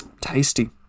Tasty